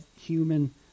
human